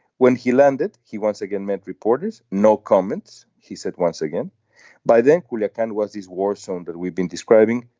when he landed he once again met reporters. no comments. he said once again by then. well it and was his war song that we've been describing.